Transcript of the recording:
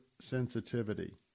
sensitivity